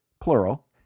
plural